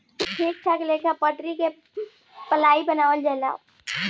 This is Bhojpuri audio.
ठीक ठाक लेखा पटरी से पलाइ बनावल जाला